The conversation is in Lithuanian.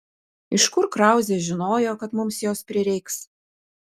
iš kur krauzė žinojo kad mums jos prireiks